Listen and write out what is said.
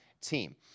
team